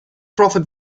profit